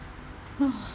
!hais!